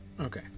Okay